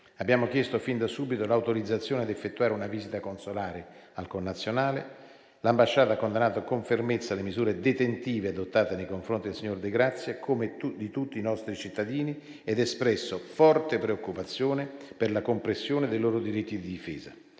Abbiamo chiesto fin da subito l'autorizzazione a effettuare una visita consolare al connazionale. L'ambasciata ha condannato con fermezza le misure detentive adottate nei confronti del signor De Grazia, come di tutti i nostri cittadini, ed espresso forte preoccupazione per la compressione dei loro diritti di difesa.